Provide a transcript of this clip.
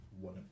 one